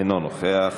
אינו נוכח.